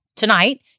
Tonight